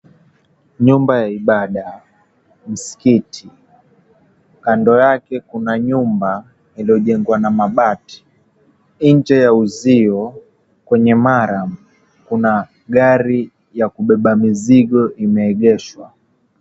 Nyumba ya ibada, msikiti kando yake kuna nyumba iliyojengwa na mabati. Nje ya uzio kwenye (cs)murram(cs) kuna gari ya kubeba mizigo imeegeshwa.